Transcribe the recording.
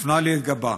מפנה לי את גבה.